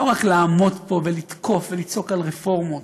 לא רק לעמוד פה ולתקוף ולצעוק על רפורמות